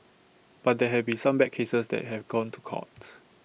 but there have been some bad cases that have gone to court